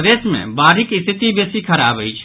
प्रदेश मे बाढ़िक रिथति बेसी खराब अछि